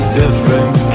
different